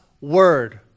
word